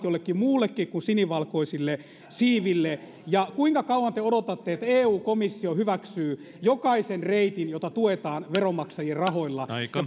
jollekin muullekin kuin sinivalkoisille siiville ja kuinka kauan te odotatte että eu komissio hyväksyy jokaisen reitin jota tuetaan veronmaksajien rahoilla